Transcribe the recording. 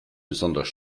besonders